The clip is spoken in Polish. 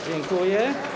Dziękuję.